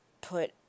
put